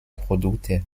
produkte